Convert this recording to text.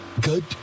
good